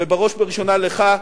ובראש ובראשונה לך,